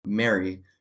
mary